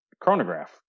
chronograph